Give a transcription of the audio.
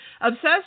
obsessed